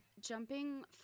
Jumping